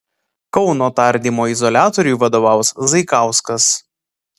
kauno tardymo izoliatoriui vadovaus zaikauskas